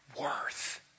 worth